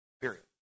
Period